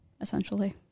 essentially